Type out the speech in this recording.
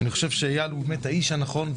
אני חושב שאייל הוא האיש הנכון.